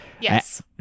yes